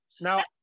Now